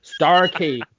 Starcade